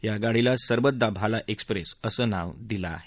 या गाडीला सरबत दा भला एक्सप्रेस असं नाव दिलं आहे